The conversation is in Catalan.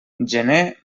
gener